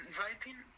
writing